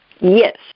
Yes